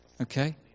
Okay